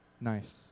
nice